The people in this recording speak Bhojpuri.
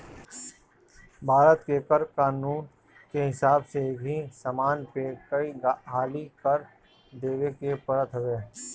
भारत के कर कानून के हिसाब से एकही समान पे कई हाली कर देवे के पड़त हवे